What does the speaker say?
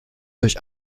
durch